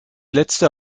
letzte